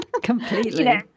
completely